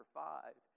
five